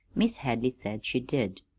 mis' hadley said she did.